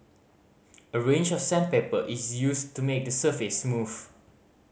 a range of sandpaper is used to make the surface smooth